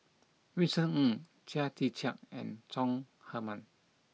Vincent Ng Chia Tee Chiak and Chong Heman